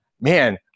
man